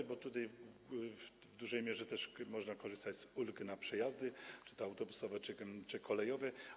Jednak tutaj w dużej mierze też można korzystać z ulg na przejazdy czy to autobusowe, czy kolejowe.